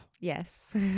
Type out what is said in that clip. Yes